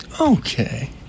Okay